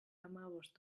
hamabost